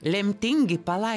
lemtingi palaiminimai